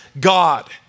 God